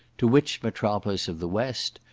to which metropolis of the west,